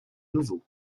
nouveaux